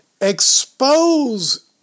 expose